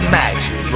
magic